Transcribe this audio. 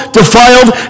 defiled